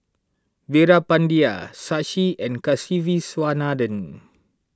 Veerapandiya Shashi and Kasiviswanathan